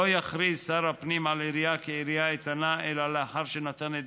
לא יכריז שר הפנים על עירייה כעירייה איתנה אלא לאחר שנתן את